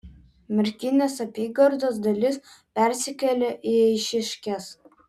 merkinės apygardos dalis persikėlė į eišiškes